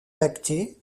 lactée